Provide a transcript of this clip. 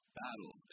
battle